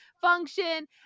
function